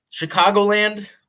Chicagoland